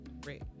Great